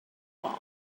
ball